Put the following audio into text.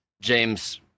James